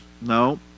no